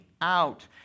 out